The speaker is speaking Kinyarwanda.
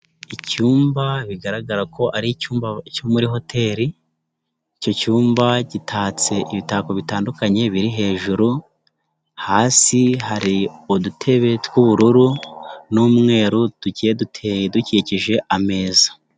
Icyumba bigaragara ko ari icyumba cyo muri hotel, icyo cyumba gitatse ibitako bitandukanye biri hejuru, hasi hari udutebe tw'ubururu n'umweru tugiye duteye dukikije ameza.